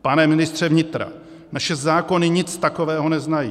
Pane ministře vnitra, naše zákony nic takového neznají.